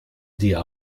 dir